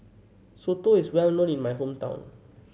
soto is well known in my hometown